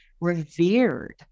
revered